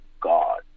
God